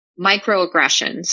microaggressions